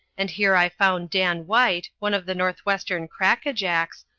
and here i found dan white, one of the northwestern crack-a-jacks,